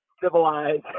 Civilized